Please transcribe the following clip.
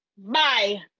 Bye